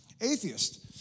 atheist